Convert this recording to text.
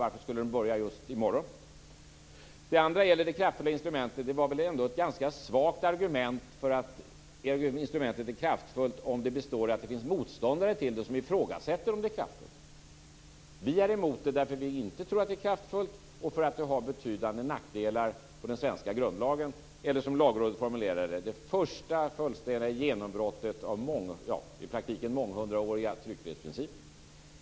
Varför skulle man börja med det just i morgon? Dels gäller det detta med kraftfullt instrument. Det är väl ändå ett ganska svagt argument att säga att instrumentet är kraftfullt om det består i att det finns motståndare till det här instrumentet som ifrågasätter om det är kraftfullt. Vi är emot det. Vi tror inte att det är kraftfullt. Vidare tror vi att det innebär betydande nackdelar för den svenska grundlagen. Lagrådet talar om det första fullständiga genombrottet av den i praktiken månghundraåriga tryckfrihetsprincipen.